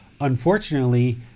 unfortunately